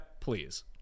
please